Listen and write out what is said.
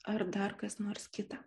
ar dar kas nors kita